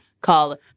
called